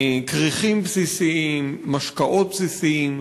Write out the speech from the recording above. כריכים בסיסיים, משקאות בסיסיים.